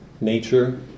nature